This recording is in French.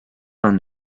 vingt